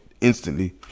instantly